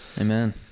amen